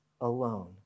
alone